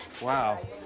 Wow